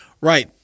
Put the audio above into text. Right